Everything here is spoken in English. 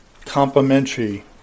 complementary